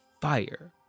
fire